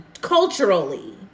culturally